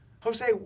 Jose